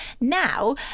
Now